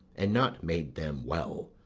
and not made them well,